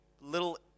little